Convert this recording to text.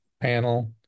panel